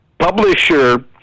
publisher